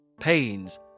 pains